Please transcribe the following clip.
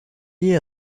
lié